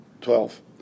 Twelve